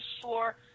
sure